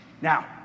Now